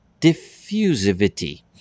diffusivity